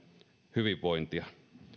hyvinvointia